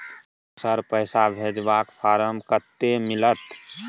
Sir, पैसा भेजबाक form कत्ते मिलत?